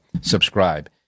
subscribe